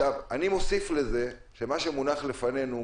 אני מוסיף לזה שמה שמונח לפנינו,